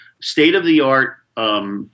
state-of-the-art